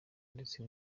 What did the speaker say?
ndetse